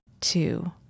Two